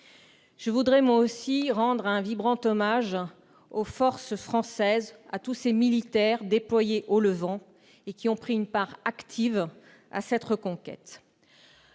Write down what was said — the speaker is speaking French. Je souhaite, moi aussi, rendre un vibrant hommage aux forces françaises, à tous ces militaires déployés au Levant, qui ont pris une part active à cette reconquête.